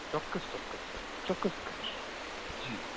ચોક્કસ ચોક્કસ સર ચોક્કસ કહીશ જી